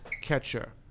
catcher